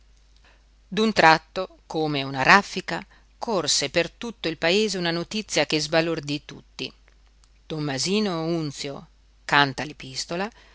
d'un tratto come una raffica corse per tutto il paese una notizia che sbalordí tutti tommasino unzio canta l'epistola